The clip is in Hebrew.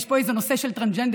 יש פה איזה נושא של טרנסג'נדרית,